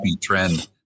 trend